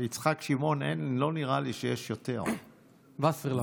לא נראה לי שיש עוד יצחק שמעון.